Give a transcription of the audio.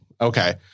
Okay